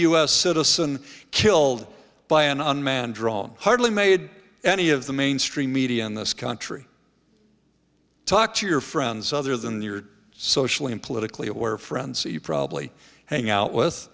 s citizen killed by an unmanned drone hardly made any of the mainstream media in this country talk to your friends other than your socially and politically aware friends that you probably hang out with